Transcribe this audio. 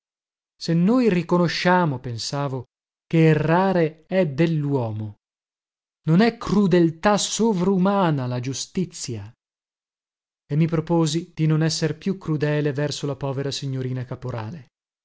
se noi riconosciamo pensavo che errare è delluomo non è crudeltà sovrumana la giustizia e mi proposi di non esser più crudele verso la povera signorina caporale